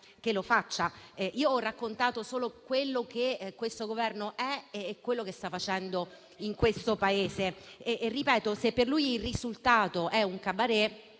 Grazie,